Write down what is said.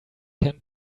can